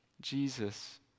Jesus